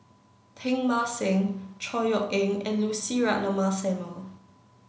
Teng Mah Seng Chor Yeok Eng and Lucy Ratnammah Samuel